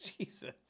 Jesus